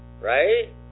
right